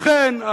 לכן,